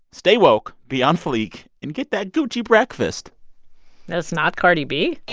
stay woke, be on fleek and get that gucci breakfast and it's not cardi b.